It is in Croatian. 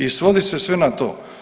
I svodi se sve na to.